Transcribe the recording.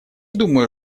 думаю